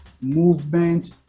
movement